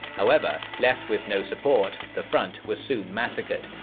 however, left with no support, the front was soon massacred.